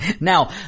Now